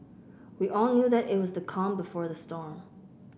we all knew that it was the calm before the storm